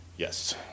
Yes